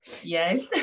Yes